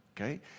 Okay